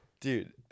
Dude